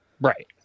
Right